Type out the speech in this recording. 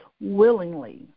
willingly